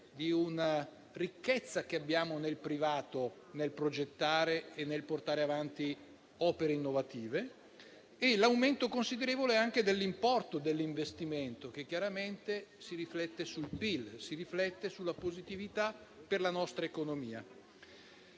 e la ricchezza che abbiamo nel privato nel progettare e nel portare avanti opere innovative, e l'aumento considerevole dell'importo dell'investimento, che chiaramente si riflette sul PIL e sugli effetti positivi per la nostra economia.